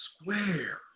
Square